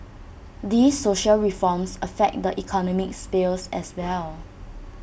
these social reforms affect the economic sphere as well